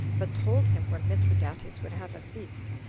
but told him where mithridates would have a feast,